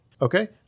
Okay